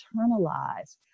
internalize